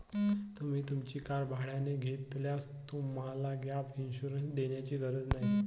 तुम्ही तुमची कार भाड्याने घेतल्यास तुम्हाला गॅप इन्शुरन्स घेण्याची गरज नाही